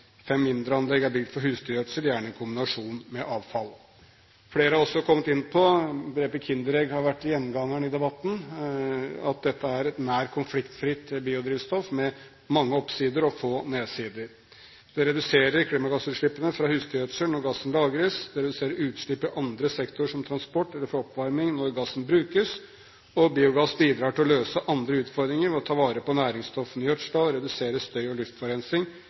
Fem mindre anlegg er bygd for husdyrgjødsel, gjerne i kombinasjon med avfall. Flere har også kommet inn på – begrepet «kinderegg» har vært en gjenganger i debatten – at dette er et nær konfliktfritt biodrivstoff med mange oppsider og få nedsider. Det reduserer klimagassutslippene fra husdyrgjødsel når gassen lagres, det reduserer utslippet i andre sektorer, som transport, eller for oppvarming, når gassen brukes, og biogass bidrar til å løse andre utfordringer ved å ta vare på næringsstoffene i gjødselen og redusere støy- og